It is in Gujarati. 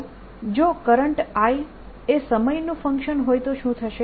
તો જો કરંટ I એ સમયનું ફંક્શન હોય તો શું થશે